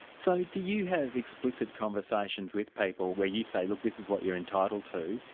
so do you have explicit conversations with people, where you say, look, this is what you're entitled to',